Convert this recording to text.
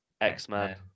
X-Men